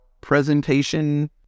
presentation